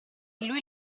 lui